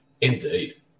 Indeed